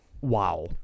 Wow